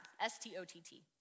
S-T-O-T-T